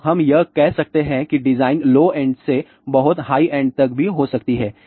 तोहम यह कह सकते हैं कि डिजाइन लो एंड से बहुत हाय एंड तक भी हो सकती है